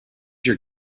your